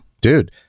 Dude